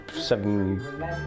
seven